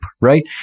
right